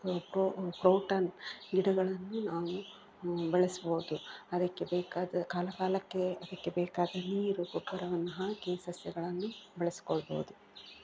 ಕೊ ಕ್ರೊ ಕ್ರೌಟನ್ ಗಿಡಗಳನ್ನು ನಾವು ಬೆಳೆಸ್ಬೋದು ಅದಕ್ಕೆ ಬೇಕಾದ ಕಾಲ ಕಾಲಕ್ಕೆ ಅದಕ್ಕೆ ಬೇಕಾದ ನೀರು ಗೊಬ್ಬರವನ್ನು ಹಾಕಿ ಸಸ್ಯಗಳನ್ನು ಬೆಳೆಸಿಕೊಳ್ಬೋದು